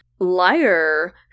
liar